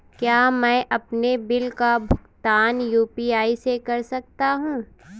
क्या मैं अपने बिल का भुगतान यू.पी.आई से कर सकता हूँ?